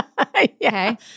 Okay